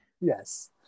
Yes